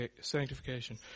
sanctification